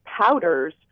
powders